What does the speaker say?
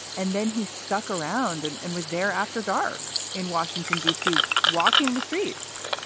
and then he stuck around and and was there after dark in washington, d c, walking the streets,